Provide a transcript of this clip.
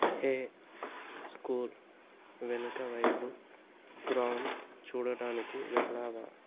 హే school వెనకవైపు ground చూడటానికి వెళ్ళావా